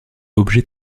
objets